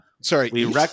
Sorry